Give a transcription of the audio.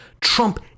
Trump